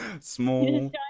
Small